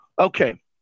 okay